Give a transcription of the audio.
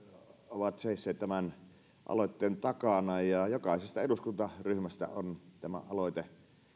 ovat seisseet tämän aloitteen takana jokaisesta eduskuntaryhmästä on tämä aloite